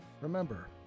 Remember